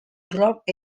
drop